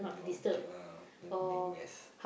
know okay ah don't make a mess